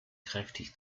kräftig